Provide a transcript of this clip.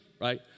right